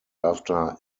after